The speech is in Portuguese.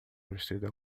vestida